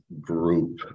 group